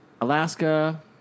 Alaska